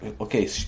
Okay